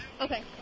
okay